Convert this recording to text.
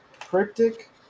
Cryptic